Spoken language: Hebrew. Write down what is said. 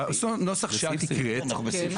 בנוסח שאת הקראת,